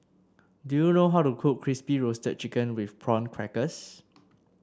do you know how to cook Crispy Roasted Chicken with Prawn Crackers